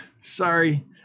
Sorry